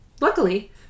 luckily